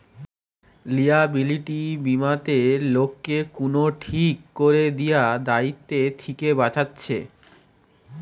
liability বীমাতে লোককে কুনো ঠিক কোরে দিয়া দায়িত্ব থিকে বাঁচাচ্ছে